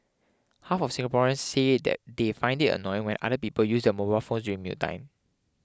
half of Singaporeans say that they find it annoying when other people use their mobile phone during mealtime